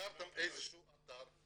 סגרתם איזה שהוא אתר,